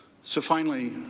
so finally,